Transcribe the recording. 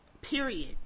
period